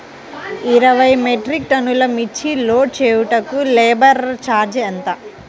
ఇరవై మెట్రిక్ టన్నులు మిర్చి లోడ్ చేయుటకు లేబర్ ఛార్జ్ ఎంత?